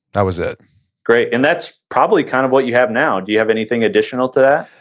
that was it great, and that's probably kind of what you have now. do you have anything additional to that?